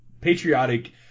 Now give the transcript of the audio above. patriotic